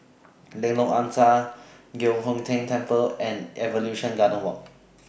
Lengkok Angsa Giok Hong Tian Temple and Evolution Garden Walk